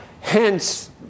hence